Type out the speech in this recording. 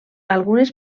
algunes